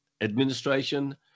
administration